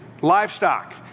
livestock